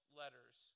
letters